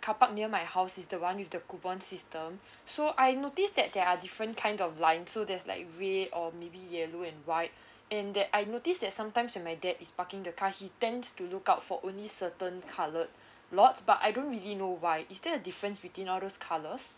carpark near my house is the one with the coupon system so I noticed that there are different kinds of line so there's like red or maybe yellow and white and that I notice that sometimes when my dad is parking the car he tends to look out for only certain colored lots but I don't really know why is there's a difference between all those colours